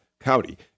County